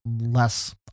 less